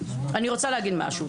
אני רוצה להגיד משהו.